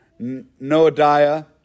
Noadiah